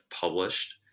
published